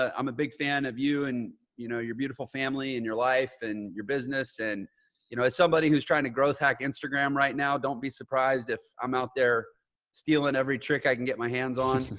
ah i'm a big fan of you and you know, your beautiful family and your life and your business and you know somebody who is trying to growth hack instagram right now, don't be surprised if i'm out there stealing every trick i can get my hands on.